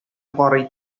карый